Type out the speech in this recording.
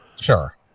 Sure